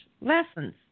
lessons